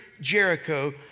Jericho